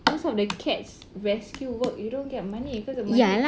most the cats rescue work you don't get money cause the money